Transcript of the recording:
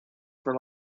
for